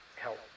help